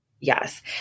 yes